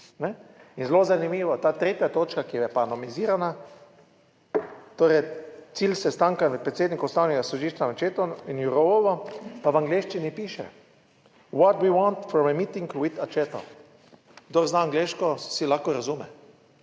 zelo zanimivo, ta 3. točka, ki je pa anomizirana, torej cilj sestanka predsedniku ustavnega sodišča Accettu in Jourovovo, pa v angleščini piše, what do you want for a meeting whith Accetto. Kdor zna angleško, si lahko razume,